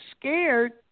scared